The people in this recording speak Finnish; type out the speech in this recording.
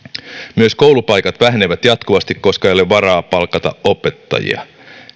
myös koulupaikat vähenevät jatkuvasti koska ei ole varaa palkata opettajia